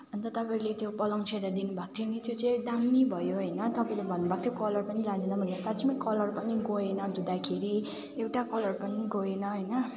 अन्त तपाईँले त्यो पलङ च्यादर दिनुभएको थियो नि त्यो चाहिँ दामी भयो होइन तपाईँले भन्नुभएको थियो कलर पनि जाँदैन साँच्चिमै कलर पनि गएन धुँदाखेरि एउटा कलर पनि गएन होइन